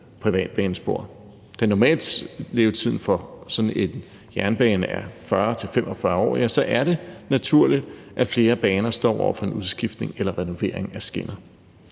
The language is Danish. privatbanespor. Da normallevetiden for sådan en jernbane er 40-45 år, er det naturligt, at flere baner står over for en udskiftning eller renovering af skinner.